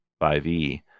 5e